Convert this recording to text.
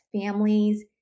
families